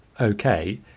okay